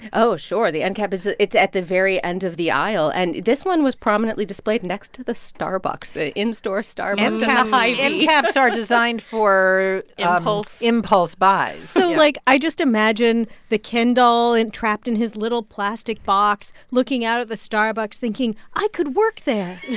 oh, sure. the endcap is it's at the very end of the aisle. and this one was prominently displayed next to the starbucks the in-store starbucks at the yeah hy-vee endcaps are designed for. ah impulse. impulse buys so, like, i just imagine the ken doll and trapped in his little plastic box, looking out at the starbucks, thinking, i could work there.